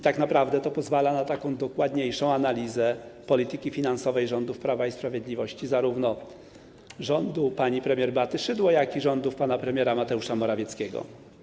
Tak naprawdę to pozwala na taką dokładniejszą analizę polityki finansowej rządów Prawa i Sprawiedliwości, zarówno rządu pani premier Beaty Szydło, jak i rządów pana premiera Mateusza Morawieckiego.